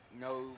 no